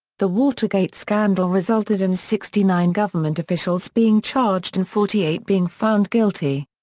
the watergate scandal resulted in sixty nine government officials being charged and forty eight being found guilty.